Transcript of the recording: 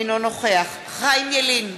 אינו נוכח חיים ילין,